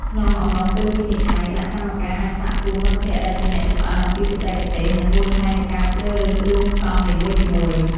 ក្នុងអំឡុងពេលវិនិច្ឆ័យ គណៈកម្មការអាចសាកសួរមិត្តភក្តិដែលជាអ្នកចម្អិនអំពីបច្ចេកទេស និងមូលហេតុនៃការជ្រើសរើសគ្រឿងផ្សំនីមួយៗ។